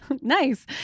nice